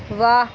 ਵਾਹ